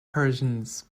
persians